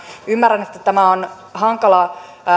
ymmärrän että tämä on hankala